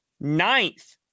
ninth